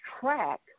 track